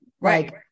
right